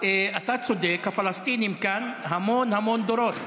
אתה צודק, הפלסטינים כאן המון המון דורות.